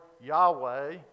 Yahweh